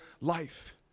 life